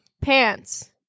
pants